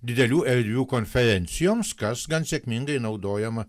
didelių erdvių konferencijoms kas gan sėkmingai naudojama